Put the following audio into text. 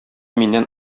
миннән